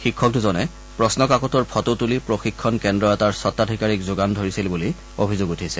শিক্ষক দুজনে প্ৰশ্ন কাকতৰ ফটো তুলি প্ৰশিক্ষণ কেন্দ্ৰ এটাৰ স্বতাধিকাৰক যোগান ধৰিছিল বুলি অভিযোগ উঠিছে